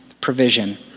provision